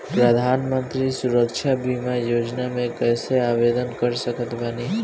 प्रधानमंत्री सुरक्षा बीमा योजना मे कैसे आवेदन कर सकत बानी?